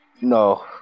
No